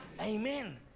Amen